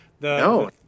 no